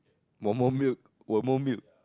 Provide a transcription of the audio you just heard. one more milk one more milk